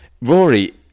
Rory